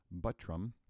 Buttram